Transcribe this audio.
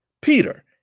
Peter